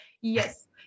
yes